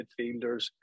midfielders